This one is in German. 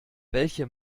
welche